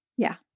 yeah.